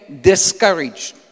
discouraged